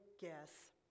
guess